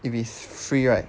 if it's free right